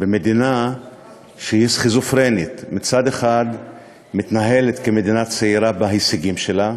במדינה שהיא סכיזופרנית: מצד אחד היא מתנהלת כמדינה צעירה בהישגים שלה,